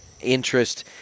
interest